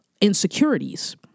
insecurities